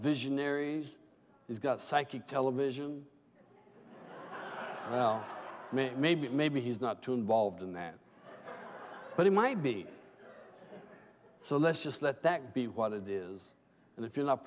visionaries he's got psychic television well maybe maybe maybe he's not too involved in that but it might be so let's just let that be what it is and if you're not